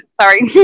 Sorry